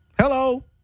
Hello